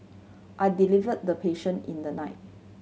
I delivered the patient in the night